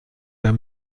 der